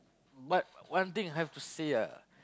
but one thing I have to say lah